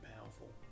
powerful